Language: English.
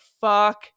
fuck